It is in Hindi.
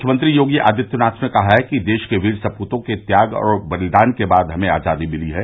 मुख्यमंत्री योगी आदित्यनाथ ने कहा है कि देश के वीर सप्तों के त्याग और बलिदान के बाद हमें आजादी मिली है